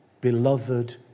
beloved